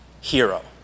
HERO